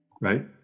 right